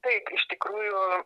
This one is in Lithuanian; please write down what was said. taip iš tikrųjų